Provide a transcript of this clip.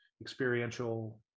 experiential